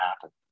happen